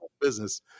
business